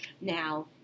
Now